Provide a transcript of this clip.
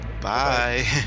Bye